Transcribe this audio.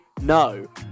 No